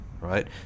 Right